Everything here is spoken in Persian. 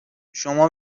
شما